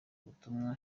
ubutumwa